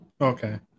Okay